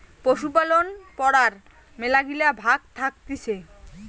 পশুপালন পড়ার মেলাগিলা ভাগ্ থাকতিছে